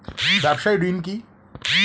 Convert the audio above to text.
ব্যবসায় ঋণ কি?